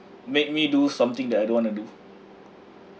make me do something that I don't want to do